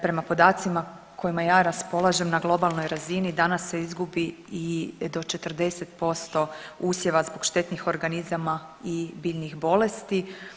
Prema podacima kojima ja raspolažem na globalnoj razini danas se izgubi i do 40% usjeva zbog štetnih organizama i biljnih bolesti.